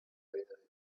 refinery